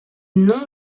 nom